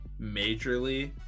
majorly